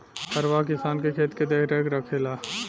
हरवाह किसान के खेत के देखरेख रखेला